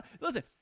Listen